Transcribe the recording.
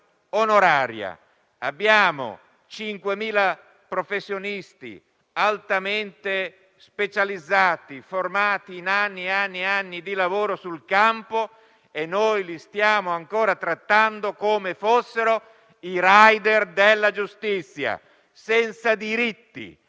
onoraria. Abbiamo 5.000 professionisti altamente specializzati, formati in anni e anni di lavoro sul campo, che stiamo trattando come fossero i *rider* della giustizia, ossia senza diritti,